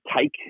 take